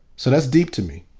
so, that's deep to me.